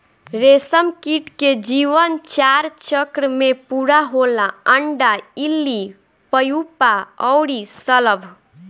रेशमकीट के जीवन चार चक्र में पूरा होला अंडा, इल्ली, प्यूपा अउरी शलभ